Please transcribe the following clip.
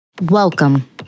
Welcome